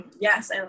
Yes